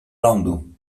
lądu